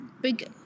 big